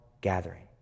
gathering